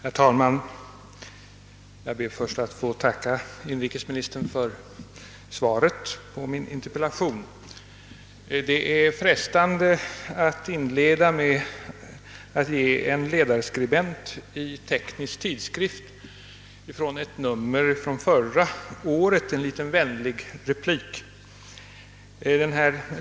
Herr talman! Jag ber först att få tacka inrikesministern för svaret på min interpellation. Det är frestande att inleda med att ge en ledarskribent i ett nummer från förra året av Teknisk Tidskrift en liten vänlig replik.